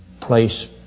place